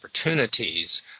opportunities